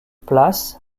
places